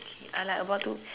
K I like about to